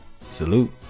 Salute